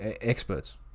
experts